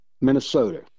Minnesota